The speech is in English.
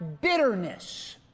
bitterness